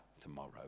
tomorrow